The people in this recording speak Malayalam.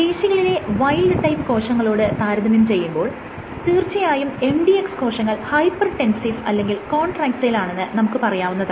പേശികളിലെ വൈൽഡ് ടൈപ്പ് കോശങ്ങളോട് താരതമ്യം ചെയ്യുമ്പോൾ തീർച്ചയായും mdx കോശങ്ങൾ ഹൈപ്പർ ടെൻസീവ് അല്ലെങ്കിൽ കോൺട്രാക്റ്റയിൽ ആണെന്ന് നമുക്ക് പറയാവുന്നതാണ്